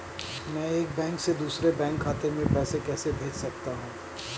मैं एक बैंक से दूसरे बैंक खाते में पैसे कैसे भेज सकता हूँ?